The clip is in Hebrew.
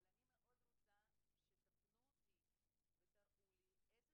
אבל אני מאוד רוצה שתפנו אותי ותראו לי איזה